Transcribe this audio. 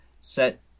set